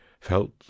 felt